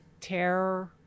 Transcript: terror